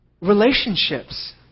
Relationships